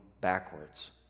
backwards